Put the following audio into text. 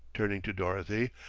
turning to dorothy,